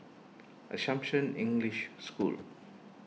Assumption English School